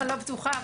לא בטוחה.